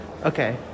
okay